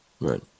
right